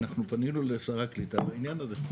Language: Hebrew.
אנחנו פנינו לשר הקליטה בעניין הזה.